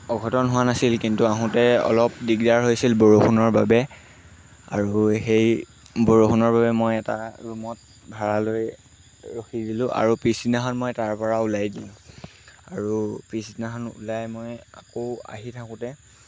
অঘটন হোৱা নাছিল কিন্তু আহোঁতে অলপ দিগদাৰ হৈছিল বৰষুণৰ বাবে আৰু সেই বৰষুণৰ বাবে মই এটা ৰুমত ভাড়ালৈ ৰখি দিলোঁ আৰু পিছদিনাখন মই তাৰপৰা ওলাই দিলোঁ আৰু পিছদিনাখন ওলাই মই আকৌ আহি থাকোঁতে